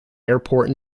airport